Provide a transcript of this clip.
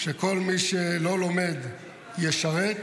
שכל מי שלא לומד ישרת,